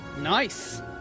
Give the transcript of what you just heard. Nice